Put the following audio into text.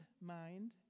mind